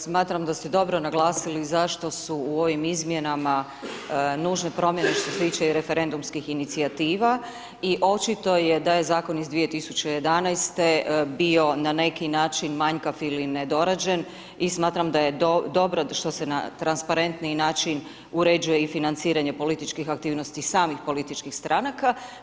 Smatram da ste dobro naglasili zašto su u ovim izmjenama nužne promjene što se tiče i referendumskih inicijativa, i očito je da je Zakon iz 2011.-te, bio na neki način manjkav ili nedorađen, i smatram da je dobro što se na transparentniji način uređuje i financiranje političkih aktivnosti samih političkih stranaka.